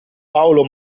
paolo